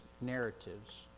narratives